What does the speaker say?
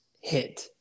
hit